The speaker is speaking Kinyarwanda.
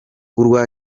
urwa